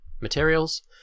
materials